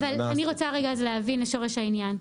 אני רוצה לרדת לשורש העניין.